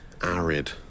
arid